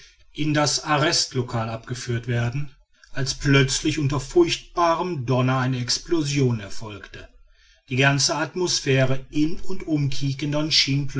in dem endlich die lösung erfolgt als plötzlich unter furchtbarem donner eine explosion erfolgte die ganze atmosphäre in und um